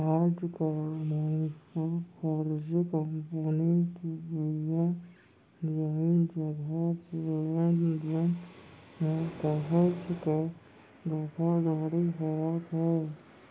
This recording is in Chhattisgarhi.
आजकल मनसे ल फरजी कंपनी के बीमा, जमीन जघा के लेन देन म काहेच के धोखाघड़ी होवत हे